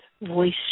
voice